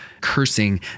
cursing